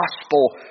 gospel